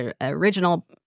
original